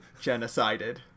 genocided